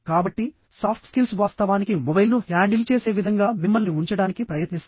కాబట్టి soft skills వాస్తవానికి మొబైల్ను హ్యాండిల్ చేసే విధంగా మిమ్మల్ని ఉంచడానికి ప్రయత్నిస్తాయి